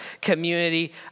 community